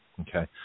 Okay